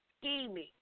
scheming